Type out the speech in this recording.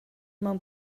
mewn